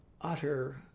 utter